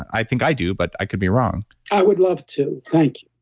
i think i do, but i could be wrong i would love to. thank